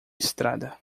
estrada